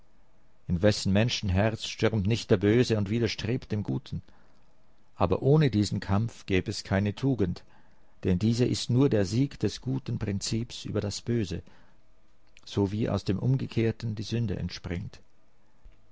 in wessen menschen herz stürmt nicht der böse und widerstrebt dem guten aber ohne diesen kampf gäb es keine tugend denn diese ist nur der sieg des guten prinzips über das böse so wie aus dem umgekehrten die sünde entspringt